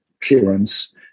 clearance